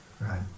Right